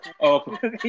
okay